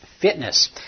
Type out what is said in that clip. Fitness